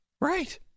Right